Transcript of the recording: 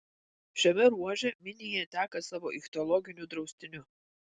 šiame ruože minija teka savo ichtiologiniu draustiniu